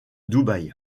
dubaï